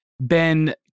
Ben